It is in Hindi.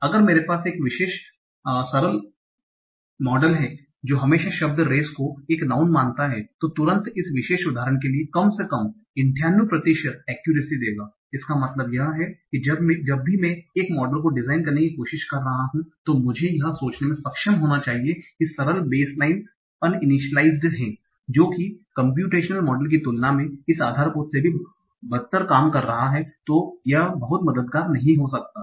अगर मेरे पास एक सरल मॉडल है जो हमेशा शब्द रेस को एक नाउँन मानता है जो तुरंत इस विशेष उदाहरण के लिए कम से कम 98 प्रतिशत एक्यूरेसी देगा इसका मतलब है जब भी मैं एक मॉडल को डिजाइन करने की कोशिश कर रहा हूं तो मुझे यह सोचने में सक्षम होना चाहिए कि सरल बेसलाइन अनइनिशिलाइस्ड हैं जो कि कम्प्यूटेशनल मॉडल की तुलना में इस आधारभूत से भी बदतर काम कर रहा है तो यह बहुत मददगार नहीं हो सकता है